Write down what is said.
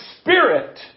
Spirit